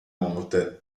morte